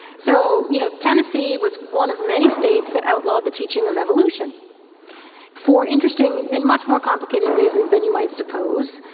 so you know tennessee was one of many states that outlawed the teaching of evolution for interesting and much more complicated reasons than you might suppose,